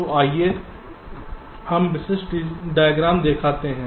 तो आइए हम एक विशिष्ट डायग्राम दिखाते हैं